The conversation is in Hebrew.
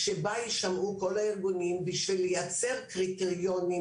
שבה יישמעו כל הארגונים בשביל לייצר קריטריונים